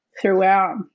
throughout